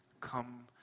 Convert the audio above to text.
come